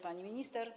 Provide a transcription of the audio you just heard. Pani Minister!